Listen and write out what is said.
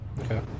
Okay